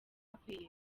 akwiye